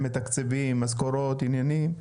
הם מתקצבים משכורות, עניינים?